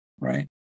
right